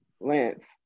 Lance